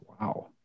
Wow